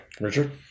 Richard